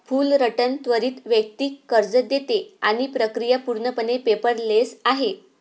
Fullerton त्वरित वैयक्तिक कर्ज देते आणि प्रक्रिया पूर्णपणे पेपरलेस आहे